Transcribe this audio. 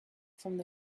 from